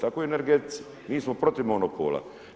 Tako i u energetici mi smo protiv monopola.